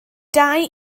dau